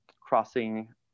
crossing